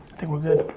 think we're good.